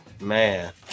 Man